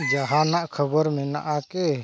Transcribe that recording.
ᱡᱟᱦᱟᱱᱟᱜ ᱠᱷᱚᱵᱚᱨ ᱢᱮᱱᱟᱜᱼᱟᱠᱤ